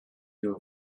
you